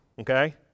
okay